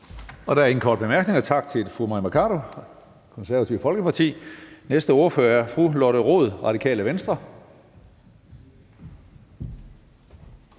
Der er ingen korte bemærkninger. Tak til fru Mai Mercado, Det Konservative Folkeparti. Næste ordfører er fru Lotte Rod, Radikale Venstre.